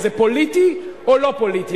אז זה פוליטי או לא פוליטי?